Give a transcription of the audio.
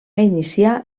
iniciar